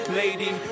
lady